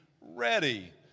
ready